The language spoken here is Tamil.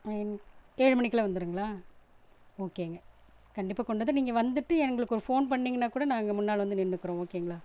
ஏழுமணிக்கெலாம் வந்துடுங்களா ஓகேங்க கண்டிப்பா கொண்டு வந்து நீங்கள் வந்துவிட்டு எங்களுக்கு ஒரு ஃபோன் பண்ணிங்கன்னால் கூட நாங்கள் முன்னால் வந்து நின்றுக்குறோம் ஓகேங்களா